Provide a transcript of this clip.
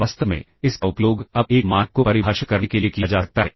वास्तव में इसका उपयोग अब एक मानक को परिभाषित करने के लिए किया जा सकता है